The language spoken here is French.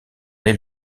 est